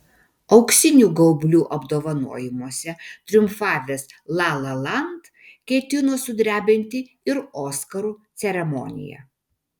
auksinių gaublių apdovanojimuose triumfavęs la la land ketino sudrebinti ir oskarų ceremoniją